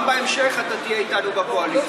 גם בהמשך אתה תהיה איתנו בקואליציה.